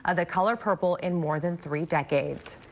ah the color purple in more than three decades.